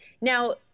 Now